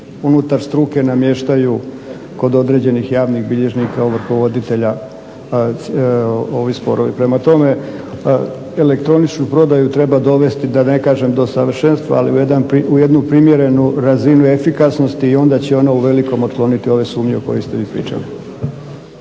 unutar struke namještaju kod određenih javnih bilježnika ovrhovoditelja ovi sporovi. Prema tome, elektroničku prodaju treba dovesti da ne kažem do savršenstva, ali u jednu primjerenu razinu efikasnosti i onda će ona u velikom otkloniti ove sumnje o kojima ste vi pričali.